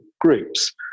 groups